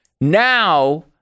Now